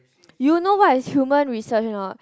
you know what is human research or not